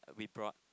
we brought